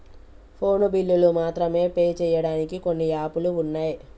phone బిల్లులు మాత్రమే pay చెయ్యడానికి కొన్ని యాపులు వున్నయ్